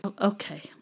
Okay